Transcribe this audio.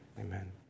amen